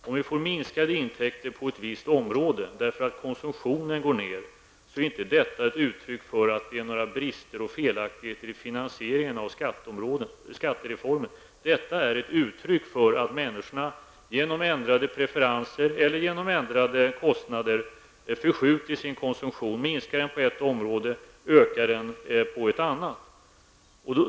Om vi får minskade intäkter på ett visst område därför att konsumtionen går ned är detta inte ett uttryck för att det är några brister eller felaktigheter i finansieringen av skattereformen; det är ett uttryck för att människorna genom ändrade preferenser eller på grund av ändrade kostnader förskjuter sin konsumtion -- minskar den på ett område och ökar den på ett annat.